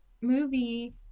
movie